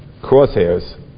crosshairs